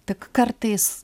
tik kartais